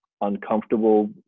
uncomfortable